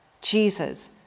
Jesus